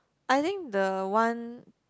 I think the one